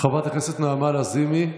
חברת הכנסת נעמה לזימי,